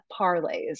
parlays